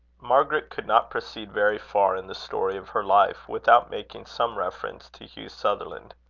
margaret could not proceed very far in the story of her life, without making some reference to hugh sutherland.